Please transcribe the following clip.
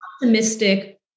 optimistic